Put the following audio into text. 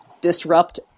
disrupt